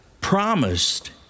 promised